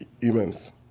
humans